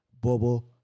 Bobo